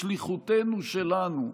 בשליחותנו שלנו,